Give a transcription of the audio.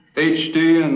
h d.